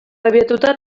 abiatuta